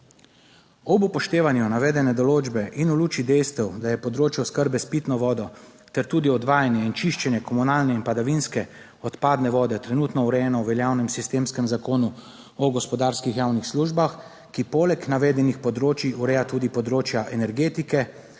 Ob upoštevanju navedene določbe in v luči dejstev, da je področje oskrbe s pitno vodo ter tudi odvajanje in čiščenje komunalne in padavinske odpadne vode trenutno urejeno v veljavnem sistemskem Zakonu o gospodarskih javnih službah, ki poleg navedenih področij ureja tudi področja energetike,